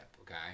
okay